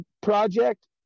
project